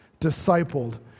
discipled